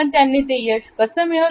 पण त्यांनी ते यश कसे मिळवलं